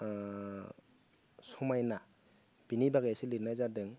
समायना बेनि बागै एसे लिरनाय जादों